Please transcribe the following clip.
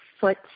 foot